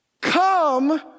come